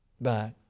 back